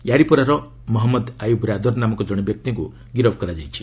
ୟାରିପୋରାର ମହମ୍ମଦ ଆୟୁବ୍ ର୍ୟାଦର୍ ନାମକ ଜଣେ ବ୍ୟକ୍ତିକୁ ଗିରଫ କରାଯାଇଛି